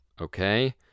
okay